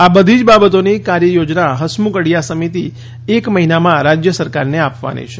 આ બધી જ બાબતોની કાર્ય યોજના હસમુખ અઢિયા સમિતી એક મહિનામાં રાજ્ય સરકારને આપવાની છે